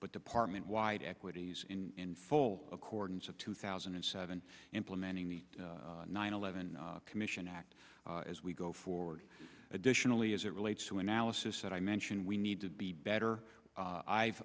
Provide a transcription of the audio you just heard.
but department wide equities in full accordance of two thousand and seven implementing the nine eleven commission act as we go forward additionally as it relates to analysis that i mentioned we need to be better i've